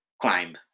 Climb